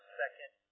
second